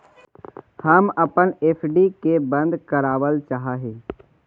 हम अपन एफ.डी के बंद करावल चाह ही